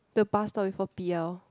the bus stop before P_L